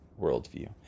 worldview